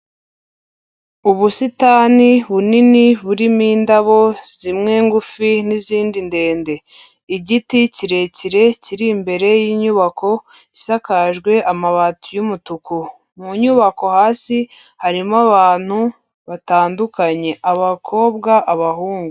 Ubusitani bunini burimo indabo zimwe ngufi n'izindi ndende, igiti kirekire kiri imbere y'inyubako isakajwe amabati y'umutuku, mu nyubako hasi harimo abantu batandukanye, abakobwa, abahungu.